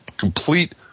complete